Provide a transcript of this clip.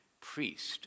priest